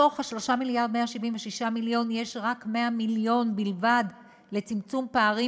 מתוך 3.176 המיליארד יש 100 מיליון בלבד לצמצום פערים